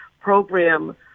program